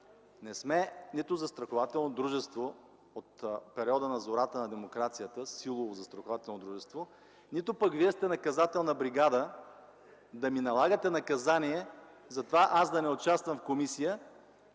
Не сме нито застрахователно дружество от периода на зората на демокрацията, силово застрахователно дружество, нито пък вие сте наказателна бригада, да ми налагате наказание за това аз да не участвам в комисия